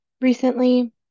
recently